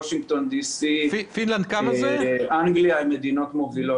וושינגטון די סי ואנגליה הן מדינות מובילות.